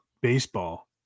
baseball